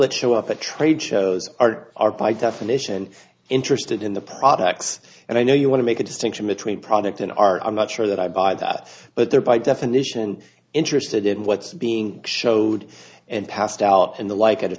that show up at trade shows are our by definition interested in the products and i know you want to make a distinction between product in our i'm not sure that i buy that but they are by definition interested in what's being showed and passed out in the like at a